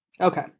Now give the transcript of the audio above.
Okay